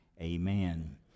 Amen